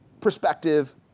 perspective